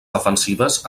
defensives